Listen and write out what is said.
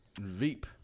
Veep